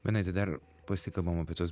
benai tai dar pasikalbam apie tuos